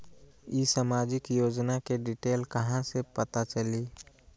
ई सामाजिक योजना के डिटेल कहा से पता चली?